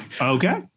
Okay